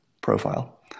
profile